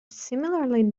similarly